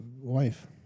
wife